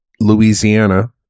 Louisiana